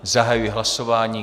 Zahajuji hlasování.